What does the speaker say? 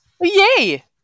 Yay